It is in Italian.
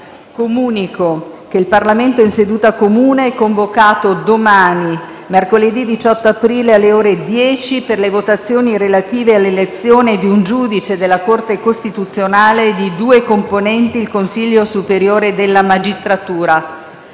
Comunico che il Parlamento in seduta comune è convocato domani, mercoledì 18 aprile, alle ore 10, per le votazioni relative all'elezione di un giudice della Corte costituzionale e di due componenti il Consiglio superiore della magistratura.